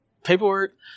Paperwork